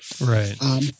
Right